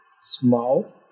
small